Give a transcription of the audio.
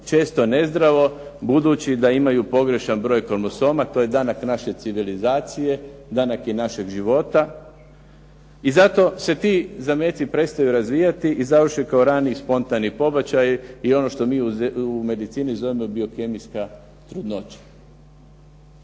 često nezdravo budući da imaju pogrešan broj kromosoma. To je danak naše civilizacije, danak je i našeg života. I zato se ti zameci prestaju razvijati i završe kao rani spontani pobačaj i ono što mi u medicini zovemo biokemijska trudnoća.